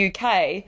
UK